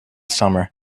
summer